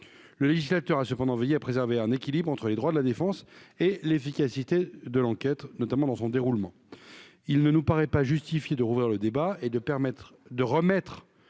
le législateur a cependant veiller à préserver un équilibre entre les droits de la défense et l'efficacité de l'enquête, notamment dans son déroulement, il ne nous paraît pas justifié de rouvrir le débat et de permettre